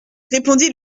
répondit